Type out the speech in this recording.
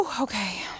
Okay